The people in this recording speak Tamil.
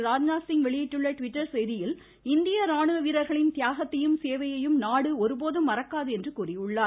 ராஜ்நாத்சிங் வெளியிட்டுள்ள ட்விட்டர் செய்தியில் இந்திய ராணுவ வீரர்களின் தியாகத்தையும் சேவையையும் நாடு ஒருபோதும் மறக்காது என்றார்